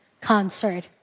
concert